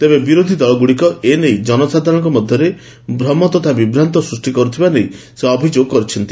ତେବେ ବିରୋଧୀ ଦଳଗୁଡ଼ିକ ଏ ନେଇ ଜନସାଧାରଣଙ୍କ ମଧ୍ୟରେ ଭ୍ରମ ତଥା ବିଭ୍ରାନ୍ତ ସୃଷ୍ଟି କରୁଥିବା ନେଇ ସେ ଅଭିଯୋଗ କରିଛନ୍ତି